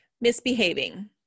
misbehaving